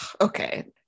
Okay